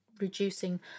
reducing